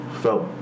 felt